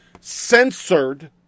censored